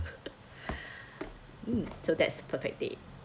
mm so that's perfect day